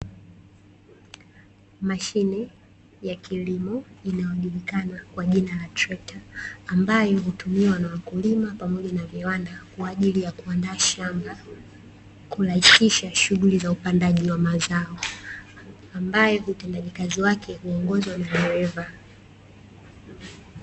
Mashine ya kilimo inayo julikana kwa jina la trekta ambayo hutumiwa na wakulima pamoja na viwanda kwa ajili ya kuandaa shamba, kurahisisha shughuli za upandaji wa mazao, ambayo utendaji kazi wake huongozwa na dereva.